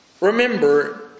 Remember